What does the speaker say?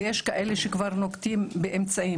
ויש כאלה שכבר נוקטים באמצעים.